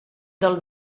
del